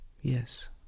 yes